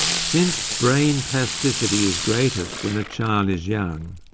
since brain plasticity is greatest when a child is young,